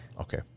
Okay